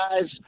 Guys